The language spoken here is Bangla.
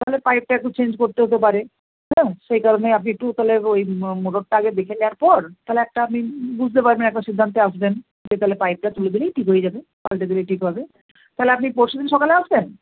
তাহলে পাইপটা একটু চেঞ্জ করতে হতে পারে হ্যাঁ সেই কারণে আপনি একটু তাহলে ওই মোটরটা আগে দেখে নেওয়ার পর তাহলে একটা আপনি বুঝতে পারবেন একটা সিদ্ধান্তে আসবেন যে তাহলে পাইপটা তুলে দিলেই ঠিক হয়ে যাবে পালটে দিলে ঠিক হবে তাহলে আপনি পরশু দিন সকালে আসবেন